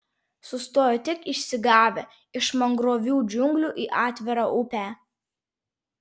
sustojo tik išsigavę iš mangrovių džiunglių į atvirą upę